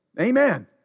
Amen